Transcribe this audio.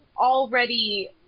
already